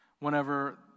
Whenever